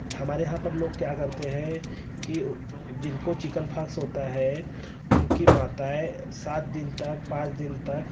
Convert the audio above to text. हमारे यहाँ पर लोग क्या करते हैं कि जिनको चिकन फॉक्स होता है उनकी माताएँ सात दिन तक पाँच दिन तक